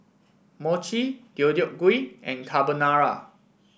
Mochi Deodeok Gui and Carbonara